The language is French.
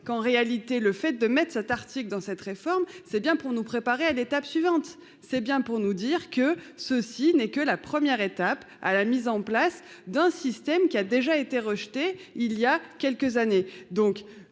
qu'en réalité, le fait de cet article dans cette réforme, c'est bien pour nous préparer à l'étape suivante c'est bien pour nous dire que ceci n'est que la première étape à la mise en place d'un système qui a déjà été rejetée il y a quelques années.